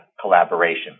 collaboration